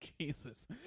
Jesus